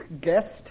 guest